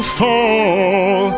fall